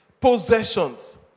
possessions